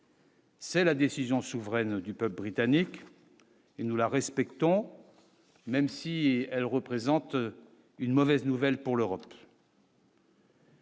C'est la décision souveraine du peuple britannique et nous la respectons, même si elle représente une mauvaise nouvelle pour l'Europe.